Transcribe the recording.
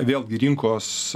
vėlgi rinkos